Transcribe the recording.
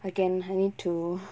again I need to